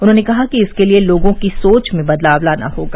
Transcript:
उन्होंने कहा कि इसके लिए लोगों की सोच में बदलाव लाना होगा